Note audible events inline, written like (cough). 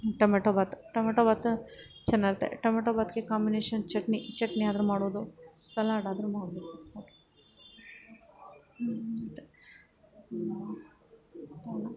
tomato bath tomato bath ಚೆನ್ನಾಗಿರುತ್ತೆ tomato ಬಾತ್ಗೆ combination chutney ಚಟ್ನಿಯಾದ್ರೂ ಮಾಡ್ಬೋದು ಸಲಾಡಾದ್ರೂ ಮಾಡ್ಬೋದು ಓಕೆ (unintelligible)